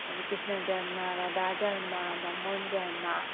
ꯑꯗꯒꯤ ꯀ꯭ꯔꯤꯁꯅ ꯖꯔꯃ ꯔꯥꯙꯥ ꯖꯔꯃ ꯕꯥꯃꯣꯟ ꯖꯔꯃ